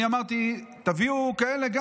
אני אמרתי שיביאו גם כאלה.